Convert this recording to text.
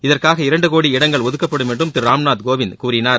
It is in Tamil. இதற்காக இரண்டு கோடி இடங்கள் ஒதுக்கப்படும் என்றும் திரு ராம்நாத் கோவிந்த் கூறினார்